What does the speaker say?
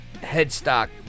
headstock